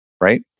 right